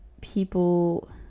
people